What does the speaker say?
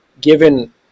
given